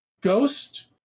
Ghost